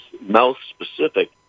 mouth-specific